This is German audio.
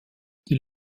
die